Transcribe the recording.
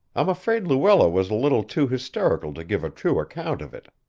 i'm afraid luella was a little too hysterical to give a true account of it.